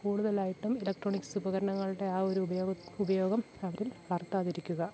കൂടുതലായിട്ടും ഇലക്ട്രോണിക്സ് ഉപകരണങ്ങളുടെ ആ ഒരു ഉപയോഗ ഉപയോഗം അവരും വളർത്താതിരിക്കുക